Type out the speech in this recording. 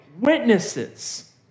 witnesses